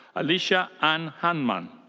alicia anne hanman.